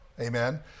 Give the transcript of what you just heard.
Amen